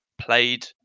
played